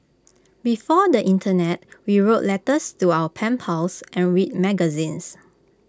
before the Internet we wrote letters to our pen pals and read magazines